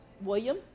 William